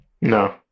no